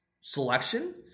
selection